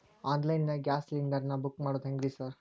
Online ನಾಗ gas cylinder ನಾ book ಮಾಡೋದ್ ಹೆಂಗ್ರಿ ಸಾರ್?